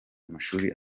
amashuri